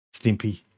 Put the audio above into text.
Stimpy